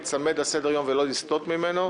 להיצמד לסדר היום ולא לסטות ממנו,